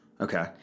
Okay